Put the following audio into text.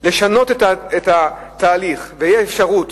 לשנות את התהליך, ותהיה אפשרות